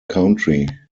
country